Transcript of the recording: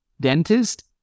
dentist